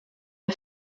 est